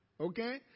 okay